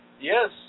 Yes